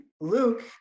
Luke